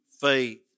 faith